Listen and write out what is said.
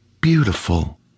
beautiful